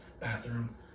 bathroom